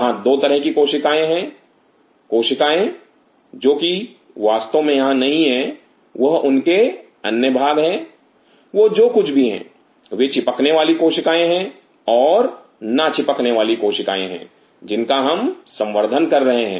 वहां दो तरह की कोशिकाएं हैं कोशिकाएं जो कि वास्तव में यहां नहीं है वह उनके अन्य भाग है वह जो कुछ भी हैं वे चिपकने वाली कोशिकाएं हैं और ना चिपकने वाली कोशिकाएं है जिनका हम संवर्धन कर रहे हैं